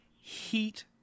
heat